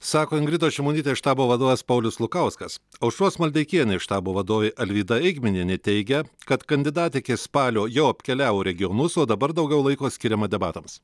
sako ingridos šimonytės štabo vadovas paulius lukauskas aušros maldeikienės štabo vadovė alvyda eigminienė teigia kad kandidatė iki spalio jau apkeliavo regionus o dabar daugiau laiko skiriama debatams